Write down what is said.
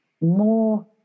more